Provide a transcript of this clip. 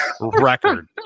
record